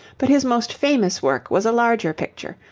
but his most famous work was a larger picture,